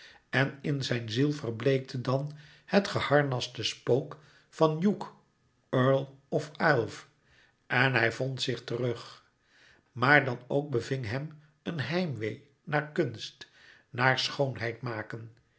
en in zijn ziel verbleekte dan het geharnaste spook van hugh earl of aylv en hij vond zich terug maar dan ook beving hem een heimwee naar kunst naar schoonheid maken